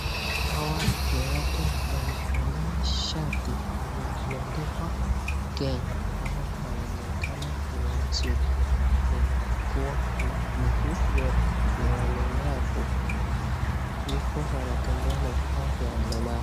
Hawa ni watu wamevalia shati yenye imeandikwa Kenya. Hawa wanaonekana ni wasiokuwa na miguu yote ni walemavu , hivyo wanatembea na vifaa vya walemavu.